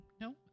No